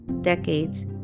decades